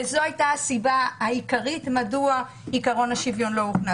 זו הייתה הסיבה העיקרית שעקרון השוויון לא עבר בזמנו.